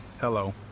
Hello